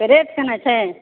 rate केना छै